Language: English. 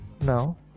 Now